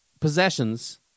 possessions